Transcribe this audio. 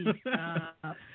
stop